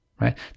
right